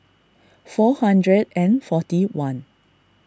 four hundred and forty one